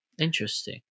interesting